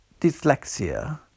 dyslexia